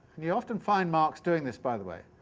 you often find marx doing this, by the way.